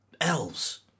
Elves